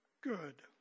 good